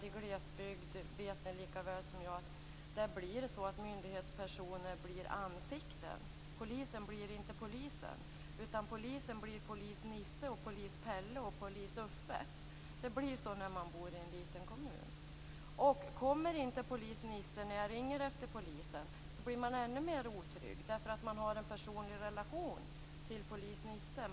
I glesbygd blir, det vet ni lika bra som jag, myndighetspersoner ansikten. Polisen blir inte polisen, utan polisen blir polis Nisse, polis Pelle och polis Uffe. Det blir så när man bor i en liten kommun. Kommer inte polis Nisse när man ringer efter polisen blir man ännu mer otrygg, därför att man har en personlig relation till polis Nisse.